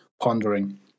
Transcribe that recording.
pondering